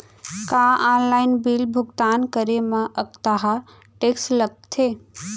का online bill भुगतान करे मा अक्तहा टेक्स लगथे?